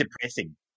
depressing